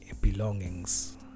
belongings